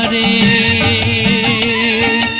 a